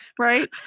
Right